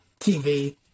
TV